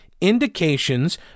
indications